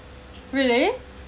really